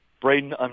Braden